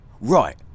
Right